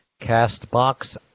CastBox